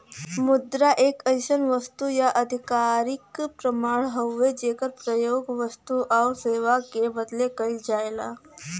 मुद्रा एक अइसन वस्तु या आधिकारिक प्रमाण हउवे जेकर प्रयोग वस्तु आउर सेवा क बदले कइल जाला